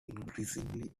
increasingly